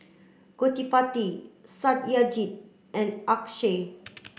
Gottipati Satyajit and Akshay